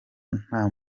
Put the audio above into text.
nta